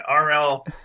RL